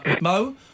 Mo